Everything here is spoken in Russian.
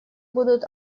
будут